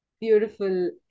Beautiful